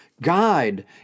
guide